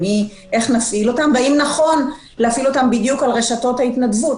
איך נפעיל אותם והאם נכון להפעיל אותם בדיוק על רשתות ההתנדבות.